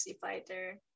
fighter